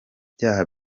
byaha